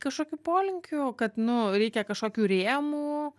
kažkokiu polinkiu kad nu reikia kažkokių rėmų